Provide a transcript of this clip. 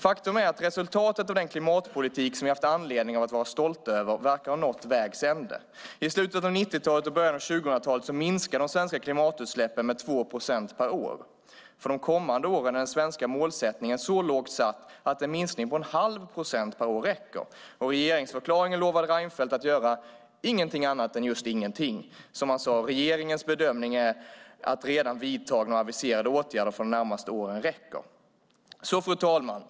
Faktum är att resultatet av den klimatpolitik som vi har haft anledning att vara stolta över verkar ha nått vägs ände. I slutet av 1990-talet och början av 2000-talet minskade de svenska klimatutsläppen med 2 procent per år. För de kommande åren är den svenska målsättningen så lågt satt att en minskning med en halv procent per år räcker. Och i regeringsförklaringen lovade Reinfeldt att göra ingenting annat än just ingenting. Som han sade: Regeringens bedömning är att redan vidtagna och aviserade åtgärder för de närmaste åren räcker. Fru talman!